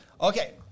okay